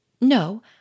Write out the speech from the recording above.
No